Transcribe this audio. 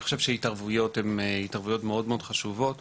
אני חושב שההתערבויות הן התערבויות מאוד מאוד חשובות.